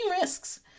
risks